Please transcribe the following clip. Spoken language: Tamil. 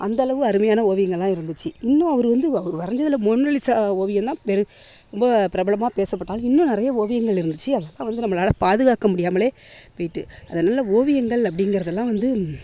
அந்த அளவு அருமையான ஓவியங்களாக இருந்துச்சு இன்னும் அவரு வந்து அவரு வரஞ்சதில மோனலிசா ஓவியோம்தான் பெரு ரொம்ப பிரபலமாக பேசப்பட்டாலும் இன்னும் நிறையா ஓவியங்கள் இருந்துச்சு அதெலாம் வந்து நம்மளால் பாதுகாக்க முடியாமலே போய்ட்டு அதனால ஓவியங்கள் அப்படிங்கிறதெலா வந்து